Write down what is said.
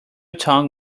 tongue